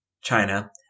China